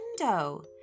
window